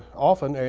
often,